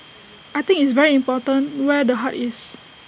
I think it's very important where the heart is